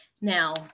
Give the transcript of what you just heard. Now